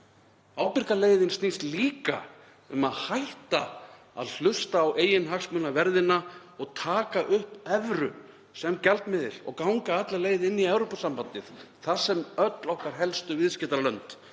Ábyrga leiðin snýst líka um að hætta að hlusta á eiginhagsmunaverðina og taka upp evru sem gjaldmiðil og ganga alla leið inn í Evrópusambandið, þar sem öll okkar helstu viðskiptalönd